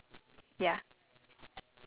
ya ya the free talk topics